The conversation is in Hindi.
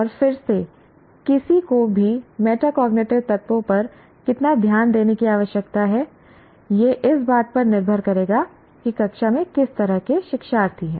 और फिर से किसी को भी मेटाकॉग्निटिव तत्वों पर कितना ध्यान देने की आवश्यकता है यह इस बात पर निर्भर करेगा कि कक्षा में किस तरह के शिक्षार्थी हैं